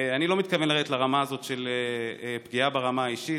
אני לא מתכוון לרדת לרמה הזאת של פגיעה ברמה האישית.